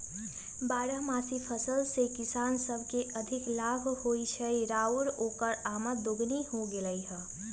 बारहमासी फसल से किसान सब के अधिक लाभ होई छई आउर ओकर आमद दोगुनी हो गेलई ह